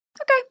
okay